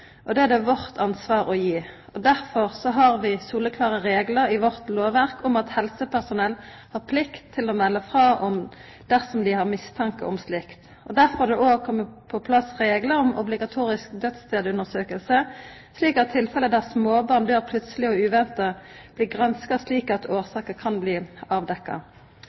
samfunnet. Det er det vårt ansvar å gi. Derfor har vi soleklare reglar i vårt lovverk om at helsepersonell har plikt til å melda frå dersom dei har mistanke om slikt. Derfor har det òg kome på plass reglar om obligatorisk dødsstadsundersøking, slik at tilfelle der småbarn døyr plutseleg og uventa, blir granska, slik at årsaka kan bli avdekt.